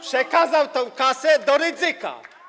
Przekazał tę kasę do Rydzyka.